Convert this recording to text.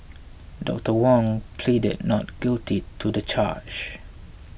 Doctor Wong pleaded not guilty to the charge